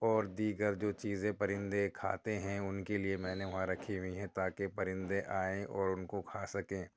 اور دیگر جو چیزیں پرندے کھاتے ہیں اُن کے لیے میں نے وہاں رکھی ہوئی ہیں تاکہ پرندے آئیں اور اُن کو کھا سکیں